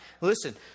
Listen